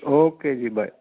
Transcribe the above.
okay ਜੀ bye